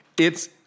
It's-